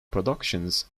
productions